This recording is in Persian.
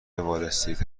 والاستریت